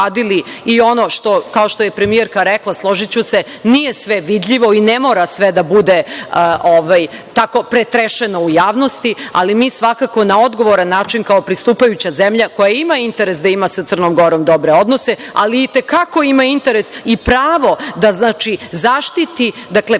i ono kao što je premijerka rekla, složiću se, nije sve vidljivo i ne mora sve da bude tako pretreseno u javnosti, ali mi svakako na odgovor, na način kao pristupajuća zemlja koja ima interes da ima sa Crnom Gorom dobre odnose, ali i te kako ima interes i pravo da zaštiti, pre